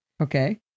okay